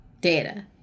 data